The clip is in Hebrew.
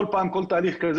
שכר שהיא חושבת שהוא ראוי,